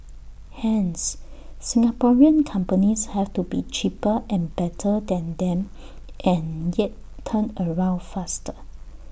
hence Singaporean companies have to be cheaper and better than them and yet turnaround faster